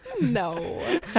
No